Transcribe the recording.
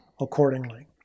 accordingly